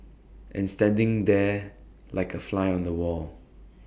and standing there like A fly on the wall